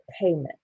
payment